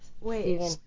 Wait